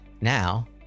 now